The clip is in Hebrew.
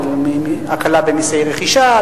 של הקלה במסי רכישה,